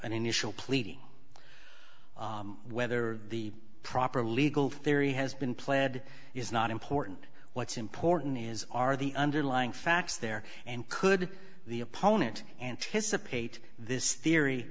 an initial pleading whether the proper legal theory has been pled is not important what's important is are the underlying facts there and could the opponent anticipate this theory